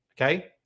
Okay